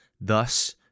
thus